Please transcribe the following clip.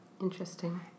Interesting